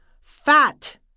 fat